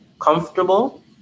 comfortable